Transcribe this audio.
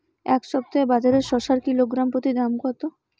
এই সপ্তাহে বাজারে শসার কিলোগ্রাম প্রতি দাম কত?